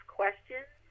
questions